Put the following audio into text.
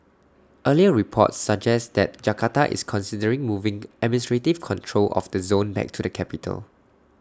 earlier reports suggest that Jakarta is considering moving administrative control of the zone back to the capital